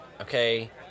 okay